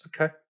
Okay